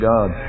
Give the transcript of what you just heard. God